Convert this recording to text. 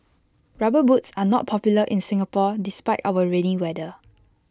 rubber boots are not popular in Singapore despite our rainy weather